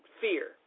fear